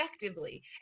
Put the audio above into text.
effectively